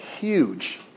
huge